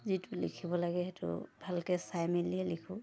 যিটো লিখিব লাগে সেইটো ভালকৈ চাই মেলিয়ে লিখোঁ